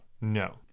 No